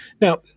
Now